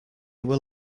were